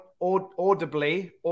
audibly